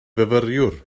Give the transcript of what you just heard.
fyfyriwr